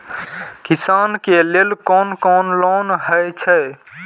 किसान के लेल कोन कोन लोन हे छे?